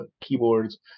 keyboards